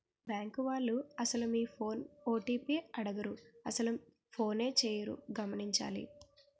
bank వాళ్లు అసలు మీ ఫోన్ ఓ.టి.పి అడగరు అసలు ఫోనే చేయరు గమనించాలి